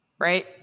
right